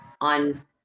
on